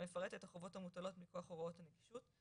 המפרט את החובות המוטלות מכוח הוראות הנגישות,;